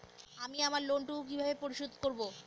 আমি আমার লোন টুকু কিভাবে পরিশোধ করব?